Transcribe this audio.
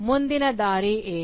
ಮುಂದಿನ ದಾರಿ ಏನು